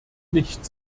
nicht